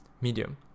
medium